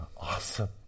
awesome